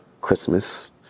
Christmas